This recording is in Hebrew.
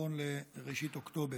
נכון לראשית אוקטובר.